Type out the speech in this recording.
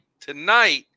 Tonight